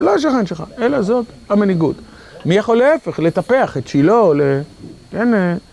לא שכן שלך, אלא זאת המנהיגות. מי יכול להפך, לטפח את שילה או ל...